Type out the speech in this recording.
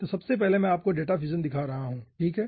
तो सबसे पहले मैं आपको डेटा फ्यूजन दिखा रहा हूँ ठीक है